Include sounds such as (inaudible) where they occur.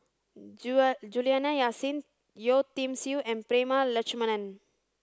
(unintelligible) Juliana Yasin Yeo Tiam Siew and Prema Letchumanan